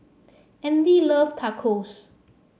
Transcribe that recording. Andy love Tacos